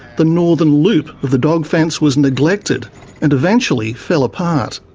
the northern loop of the dog fence was neglected and eventually fell apart.